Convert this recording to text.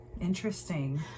Interesting